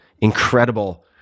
incredible